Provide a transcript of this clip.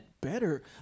better